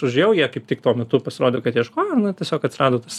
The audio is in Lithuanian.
aš užėjau jie kaip tik tuo metu pasirodo kad ieškojo na tiesiog atrado tas